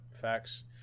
facts